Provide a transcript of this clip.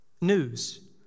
news